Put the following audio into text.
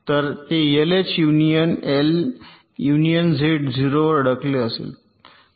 तर ते LH union L union Z 0 वर अडकले असेल